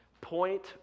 point